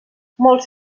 molts